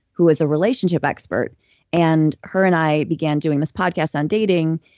who is a relationship expert and her and i began doing this podcast on dating,